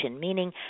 meaning